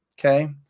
okay